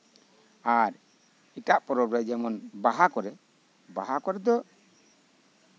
ᱟᱨ ᱮᱴᱟᱜ ᱯᱚᱨᱚᱵ ᱨᱮ ᱡᱮᱢᱚᱱ ᱵᱟᱦᱟ ᱠᱚᱨᱮ ᱵᱟᱦᱟ ᱠᱚᱨᱮᱫᱚ